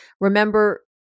Remember